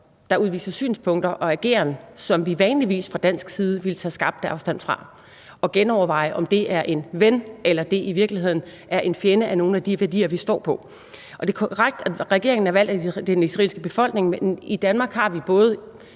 der udviser synspunkter og ageren, som vi vanligvis fra dansk side ville tage skarpt afstand fra, og vi må genoverveje, om det er en ven eller i virkeligheden er en fjende af nogle af de værdier, vi står på. Og det er korrekt, at regeringen er valgt af den israelske befolkning, men i Danmark har